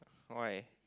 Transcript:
why